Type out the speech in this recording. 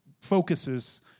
focuses